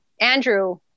Andrew